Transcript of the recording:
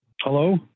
Hello